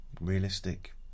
realistic